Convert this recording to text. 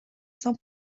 saint